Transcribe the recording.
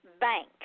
bank